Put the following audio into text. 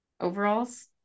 overalls